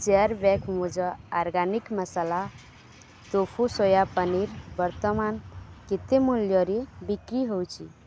ଚାର୍ ବ୍ୟାଗ୍ ମୂଜ organic masala tofu soya paneer ବର୍ତ୍ତମାନ କେତେ ମୂଲ୍ୟରେ ବିକ୍ରି ହେଉଛି